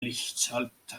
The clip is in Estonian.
lihtsalt